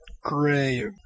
gray